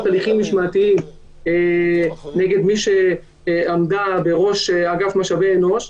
הליכים משמעתיים נגד מי שעמדה בראש אגף משאבי אנוש,